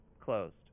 closed